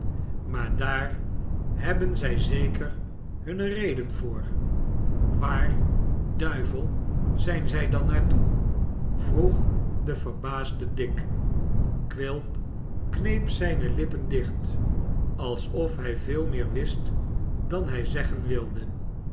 maar daar hebben zij zeker hunne redenen voor waar duivel zijn zij dan naar toe vroeg de verbaasde dick quilp kneep zijne lippen dicht alsof hij veel meer wist dan hij zeggen wilde